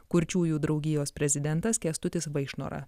kurčiųjų draugijos prezidentas kęstutis vaišnora